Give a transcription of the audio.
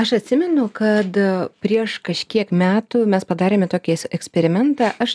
aš atsimenu kad prieš kažkiek metų mes padarėme tokį eksperimentą aš